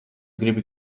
gribi